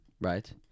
right